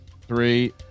three